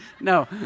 No